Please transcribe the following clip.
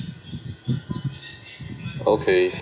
okay